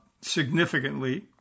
significantly